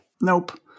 Nope